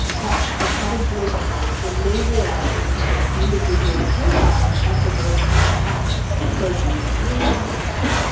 but they had a breakthrough when they realized they could create individual profiles of the birds' personalities bird tinder yes.